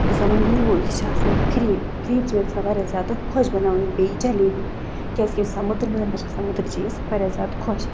یُس زَن میون یہِ چھِ آسان پھِریٖن پھِریٖن تہِ چھِ مےٚ گژھان واریاہ زیادٕ خۄش بَناوٕنۍ بیٚیہِ جَلیبی کیٛازِکہِ یہِ چھُ آسان مٔدٕر مٔدٕر مےٚ چھِ گژھان موٚدٕرۍ چیٖز واریاہ زیادٕ خۄش